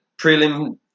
prelim